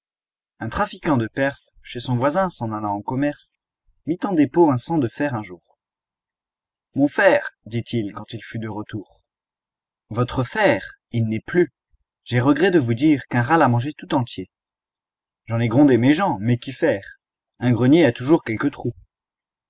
un trafiquant de perse chez son voisin s'en allant en commerce mit en dépôt un cent de fer un jour mon fer dit-il quand il fut de retour votre fer il n'est plus j'ai regret de vous dire qu'un rat l'a mangé tout entier j'en ai grondé mes gens mais qu'y faire un grenier a toujours quelque trou